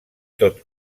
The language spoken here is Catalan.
tot